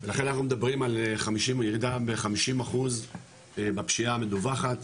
ולכן אנחנו מדברים על ירידה ב-50% בפשיעה המדווחת,